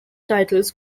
titles